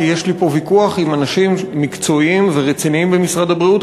כי יש לי פה ויכוח עם אנשים מקצועיים ורציניים במשרד הבריאות,